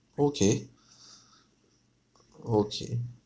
okay o~ o~ okay